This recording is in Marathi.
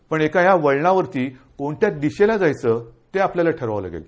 पण एका ह्या वळणावरती कोणत्या दिशेला जायचं ते आपल्याला ठरवावं लागेल